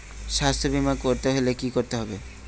স্বাস্থ্যবীমা করতে হলে কি করতে হবে?